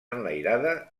enlairada